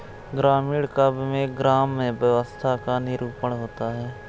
ग्रामीण काव्य में ग्राम्य व्यवस्था का निरूपण होता है